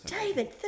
david